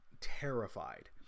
terrified